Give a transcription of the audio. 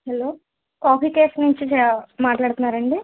hello coffee cafe నుంచి మాట్లాడుతున్నారండి